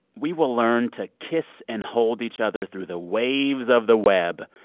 we will learn to kiss and hold each other through the waves of the web.